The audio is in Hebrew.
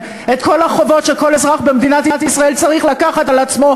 את כל החובות שכל אזרח במדינת ישראל צריך לקחת על עצמו,